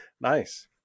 Nice